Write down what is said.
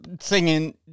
singing